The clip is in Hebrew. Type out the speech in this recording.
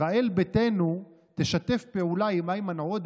ישראל ביתנו תשתף פעולה עם איימן עודה